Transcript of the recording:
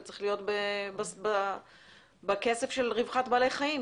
צריך להיות בכסף של רווחת בעלי חיים.